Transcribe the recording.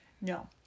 No